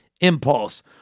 impulse